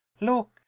look